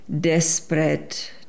desperate